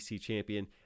champion